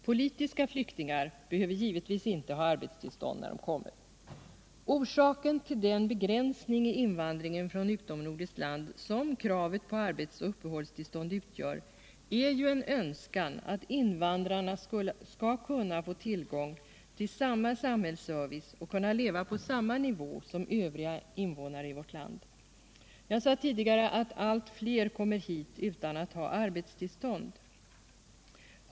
Politiska flyktingar behöver givetvis inte ha arbetstillstånd när de kommer. Orsaken till den begränsning i invandringen från utomnordiskt land som kravet på arbete och uppehållstillstånd utgör är ju en önskan att invandrarna skall kunna få tillgång till samma samhällsservice och kunna leva på samma nivå som Övriga invånare i vårt land. Jag sade tidigare att allt fler kommer hit utan att ha arbetstillstånd.